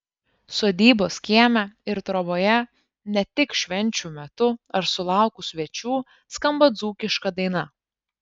sodybos kieme ir troboje ne tik švenčių metu ar sulaukus svečių skamba dzūkiška daina